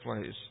place